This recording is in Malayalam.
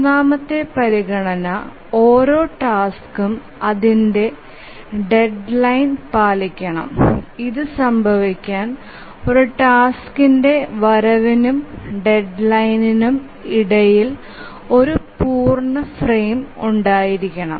മൂന്നാമത്തെ പരിഗണന ഓരോ ടാസ്കും അതിന്റെ ഡെഡ്ലൈൻ പാലിക്കണം ഇത് സംഭവിക്കാൻ ഒരു ടാസ്ക്കിന്റെ വരവിനും ഡെഡ്ലൈനിനും ഇടയിൽ ഒരു പൂർണ്ണ ഫ്രെയിം ഉണ്ടായിരിക്കണം